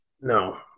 No